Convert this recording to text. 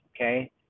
okay